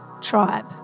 tribe